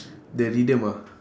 the rhythm ah